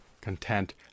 content